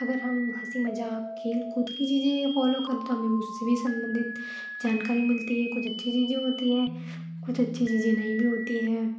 अगर हम हँसी मज़ाक खेल कूद की चीज़ें फॉलो करें तो हमें उससे भी संबंधित जानकारी मिलती है कुछ अच्छी चीज़ें होती है कुछ अच्छी चीज़ें नहीं भी होती है